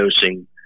dosing